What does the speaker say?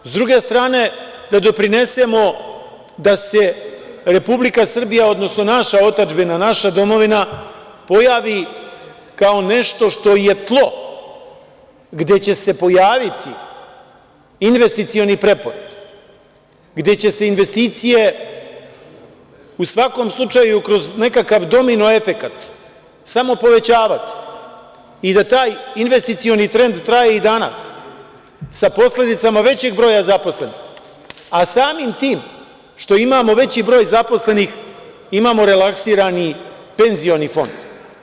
S druge strane, da doprinesemo da se Republika Srbija, odnosno naša otadžbina, naša domovina pojavi kao nešto što je tlo gde će se pojaviti investicioni preporod, gde će se investicije u svakom slučaju kroz nekakav domino efekat samo povećavati i da taj investicioni trend traje i danas sa posledicama većeg broja zaposlenih, a samim tim što imamo veći broj zaposlenih imamo relaksirani penzioni fond.